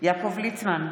יעקב ליצמן,